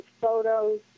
photos